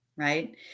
right